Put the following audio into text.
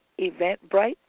Eventbrite